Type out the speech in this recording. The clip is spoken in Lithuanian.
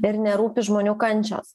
ir nerūpi žmonių kančios